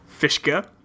Fishka